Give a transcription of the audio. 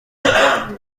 کرد